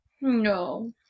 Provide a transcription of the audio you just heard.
No